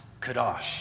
Kadosh